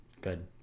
Good